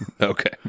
Okay